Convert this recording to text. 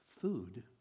food